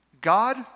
God